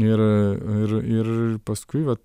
ir ir ir paskui vat